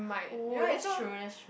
oh that's true that's true